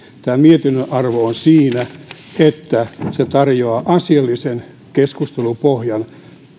tämän mietinnön arvo on siinä että se tarjoaa asiallisen keskustelupohjan